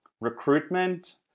recruitment